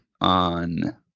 on